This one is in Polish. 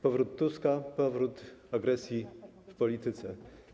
Powrót Tuska - powrót agresji w polityce.